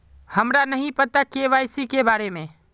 हमरा नहीं पता के.वाई.सी के बारे में?